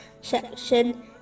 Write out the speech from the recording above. section